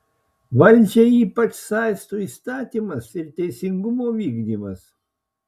valdžią ypač saisto įstatymas ir teisingumo vykdymas